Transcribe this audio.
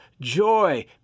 joy